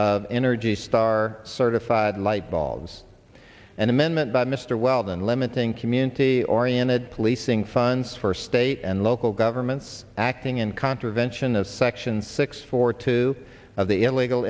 of energy star certified light bulbs an amendment by mr weldon limiting community oriented policing funds for state and local governments acting in contravention of section six four two of the illegal